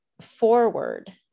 forward